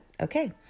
okay